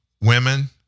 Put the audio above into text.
women